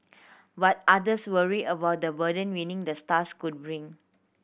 but others worry about the burden winning the stars could bring